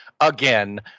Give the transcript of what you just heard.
again